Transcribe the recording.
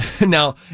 now